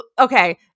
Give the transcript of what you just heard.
okay